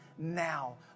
Now